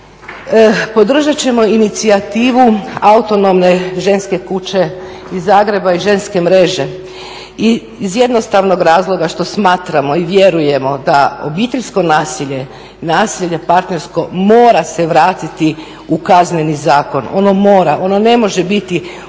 podržat ćemo inicijativu Autonomne ženske kuće iz Zagreba i ženske mreže iz jednostavnog razloga što smatramo i vjerujemo da obiteljsko nasilje i nasilje partnersko mora se vratiti u Kazneni zakon, ono mora, ono ne može biti u